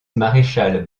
maréchal